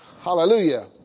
Hallelujah